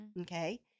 Okay